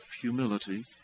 humility